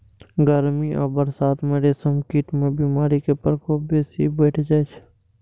गर्मी आ बरसात मे रेशम कीट मे बीमारी के प्रकोप बेसी बढ़ि जाइ छै